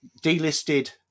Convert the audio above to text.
delisted